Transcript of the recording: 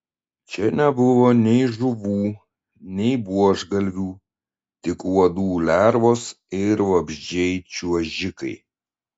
čia nebuvo nei žuvų nei buožgalvių tik uodų lervos ir vabzdžiai čiuožikai